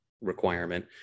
requirement